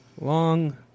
Long